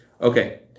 Okay